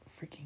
freaking